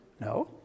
No